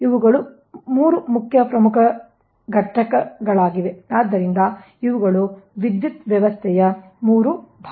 ಇವುಗಳು 3 ಮುಖ್ಯ ಘಟಕಗಳಾಗಿವೆ ಅಥವಾ ಇವುಗಳು ವಿದ್ಯುತ್ ವ್ಯವಸ್ಥೆಯ ಮುಖ್ಯ ಭಾಗವಾಗಿದೆ